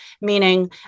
Meaning